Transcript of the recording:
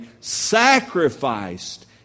sacrificed